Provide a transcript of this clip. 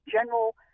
general